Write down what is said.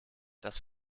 das